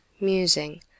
musing